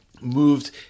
moved